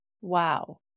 wow